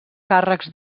càrrecs